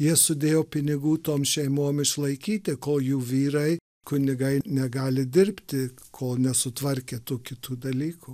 jie sudėjo pinigų tom šeimom išlaikyti kol jų vyrai kunigai negali dirbti kol nesutvarkė tų kitų dalykų